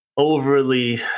overly